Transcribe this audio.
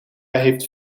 heeft